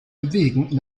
bewegen